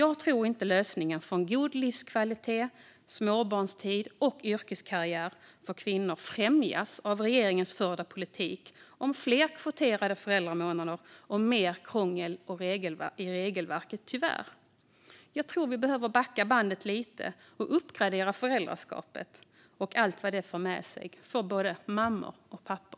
Jag tror tyvärr inte att en god livskvalitet, småbarnstid och yrkeskarriär för kvinnor främjas av regeringens förda politik med fler kvoterade föräldramånader och mer krångel i regelverket. Jag tror att vi behöver backa bandet lite och uppgradera föräldraskapet och allt vad det för med sig, för både mammor och pappor.